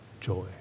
joy